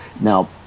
Now